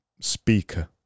Speaker